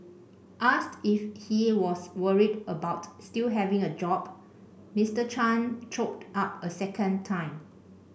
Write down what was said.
asked if he was worried about still having a job Mister Chan choked up a second time